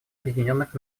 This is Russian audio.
объединенных